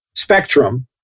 spectrum